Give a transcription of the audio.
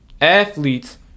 athletes